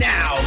Now